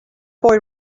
boy